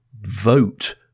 vote